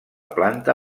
planta